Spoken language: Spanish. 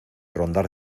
rondar